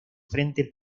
frente